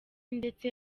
ndetse